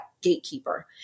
gatekeeper